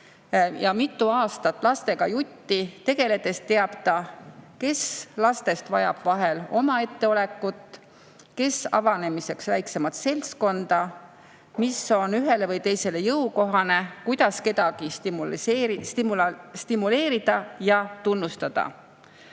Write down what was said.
ja mitu aastat lastega jutti tegeledes teab ta, kes lastest vajab vahel omaetteolekut, kes avanemiseks väiksemat seltskonda, mis on ühele või teisele jõukohane, kuidas kedagi stimuleerida ja tunnustada.